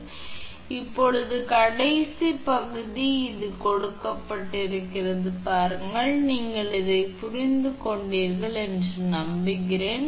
எனவே அது 2𝑟 ln 𝛼𝑉 V V ரத்து செய்யப்படும் இப்போது கடைசி பகுதி இது கொடுக்கப்பட்டிருக்கிறது பாருங்கள் நீங்கள் இதை புரிந்து கொண்டீர்கள் என்று நம்புகிறேன்